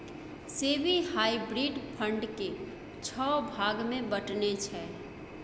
SEBI hybrid fund केँ छओ भाग मे बँटने छै